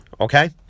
Okay